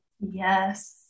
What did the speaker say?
Yes